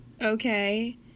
okay